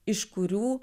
iš kurių